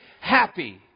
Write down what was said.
happy